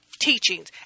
teachings